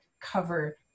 cover